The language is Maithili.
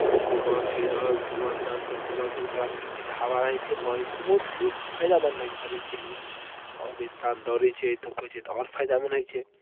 घूमब फिरब सुबह शामकेँ सुबहकेँ जे प्राकृतिक हवा रहै छै बहै छै तऽ बहुत नीक फायदामन्द रहै छै शरीरके लिए ओहिमे इन्सान दौड़ै छै धूपै छै तऽ आओर फायदामन्द रहै छै